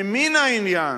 ממין העניין,